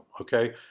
okay